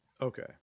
Okay